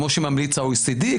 כמו שממליץ ה-OECD,